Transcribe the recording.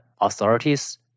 authorities